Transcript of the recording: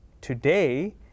today